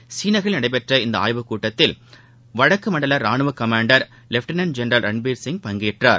ஸ்ரீநகரில் நடைபெற்ற இந்தஆய்வு கூட்டத்தில் வடக்குமண்டலரானுவகமாண்டர் லெப்டினன்ட் ஜென்ரல் ரன்பீர் சிங் பங்கேற்றார்